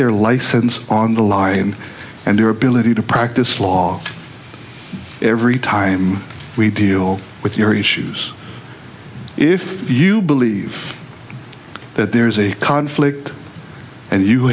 their license on the lion and their ability to practice law every time we deal with your issues if you believe that there is a conflict and you